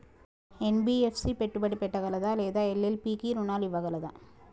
NBFC పెట్టుబడి పెట్టగలదా లేదా ఎల్.ఎల్.పి కి రుణాలు ఇవ్వగలదా?